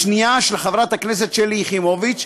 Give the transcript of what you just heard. השנייה של חברת הכנסת שלי יחימוביץ,